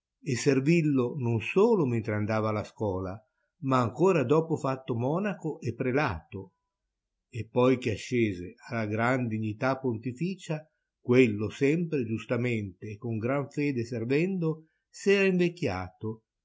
e servillo non solo mentre andava alla scola ma ancora dopo fatto monaco e prelato e poi che ascese alla gran dignità pontificia quello sempre giustamente e con gran fede servendo s'era invecchiato